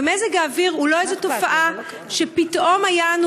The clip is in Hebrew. ומזג האוויר הוא לא איזו תופעה שפתאום היה לנו